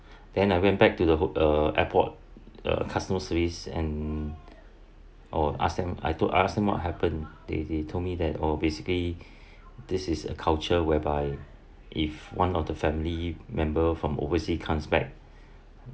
then I went back to the uh airport uh customer service and oh ask them I talk I ask him what happen they they told me that oh basically this is a culture whereby if one of the family member from overseas comes back